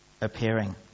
appearing